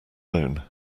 own